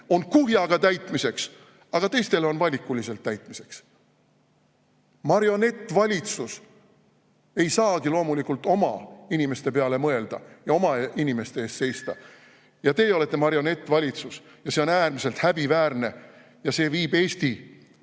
kuhjaga täitmiseks, aga teistele on valikuliselt täitmiseks. Marionettvalitsus ei saagi loomulikult oma inimeste peale mõelda ja oma inimeste eest seista. Ja teie olete marionettvalitsus. See on äärmiselt häbiväärne ja viib Eesti